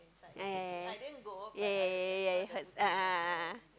ya ya ya ya ya ya ya ya a'ah a'ah a'ah